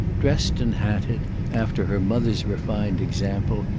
dressed and hatted, after her mother's refined example,